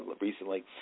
recently